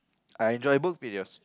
I enjoy both videos